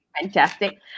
fantastic